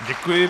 Děkuji.